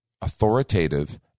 authoritative